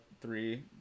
three